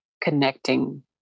connecting